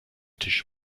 tisch